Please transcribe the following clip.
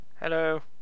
hello